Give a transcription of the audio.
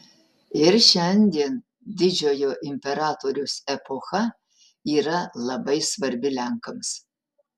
ir šiandien didžiojo imperatoriaus epocha yra labai svarbi lenkams